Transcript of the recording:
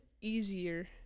easier